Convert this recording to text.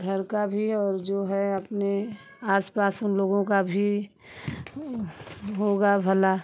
घर का भी और जो है अपने आस पास उन लोगों का भी होगा भला